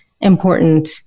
important